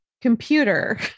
computer